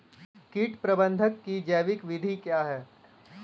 कीट प्रबंधक की जैविक विधि क्या है?